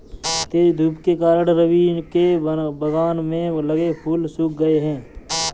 तेज धूप के कारण, रवि के बगान में लगे फूल सुख गए